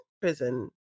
prison